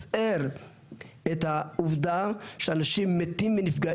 עשינו עבודה גדולה כולל איסוף של הנתונים מאותם מוקדי